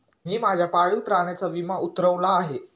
मी माझ्या पाळीव प्राण्याचा विमा उतरवला आहे